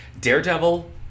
Daredevil